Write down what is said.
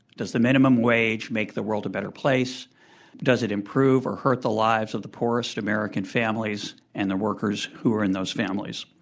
does the minimum wage make the world a better place? and does it improve or hurt the lives of the poorest american families and the workers who are in those families?